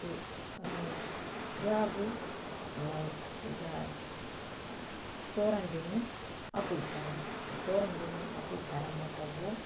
تہٕ بیٛاکھ گوی یا ژورن بیٚنٮ۪ن اکوٕے پھٮ۪رن ژورن بیٚنٮ۪ن اَکوٕے پھٮ۪رن مطلب گوٚو